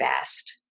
best